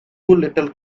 little